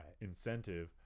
incentive